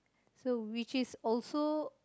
so which is also